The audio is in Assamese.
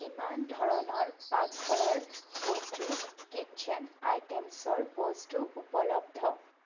কিমান ধৰণৰ পাকঘৰৰ বস্তু কিট্চেন আইটেমছৰ বস্তু উপলব্ধ